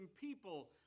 people